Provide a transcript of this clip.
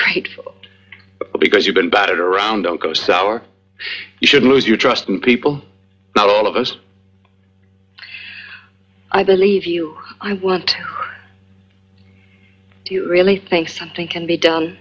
grateful because you've been batted around don't go sour you should lose your trust in people not all of us i believe you i want to really think something can be done